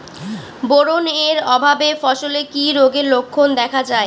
Boron এর অভাবে ফসলে কি রোগের লক্ষণ দেখা যায়?